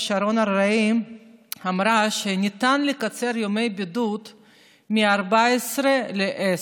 שרון אלרעי אמרה שניתן לקצר ימי בידוד מ-14 ל-10.